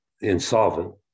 insolvent